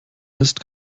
ist